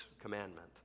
commandment